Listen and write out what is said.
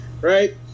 right